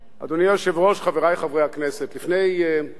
אני אעבור לצד השני כדי שתסתכל